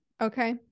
Okay